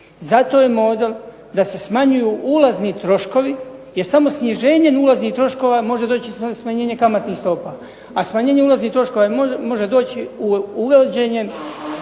Zato je model da smanjuju ulazni troškovi jer samo sniženjem ulaznih troškova može doći i do smanjena kamatnih stopa. A smanjenjem ulaznih troškova može doći uvođenjem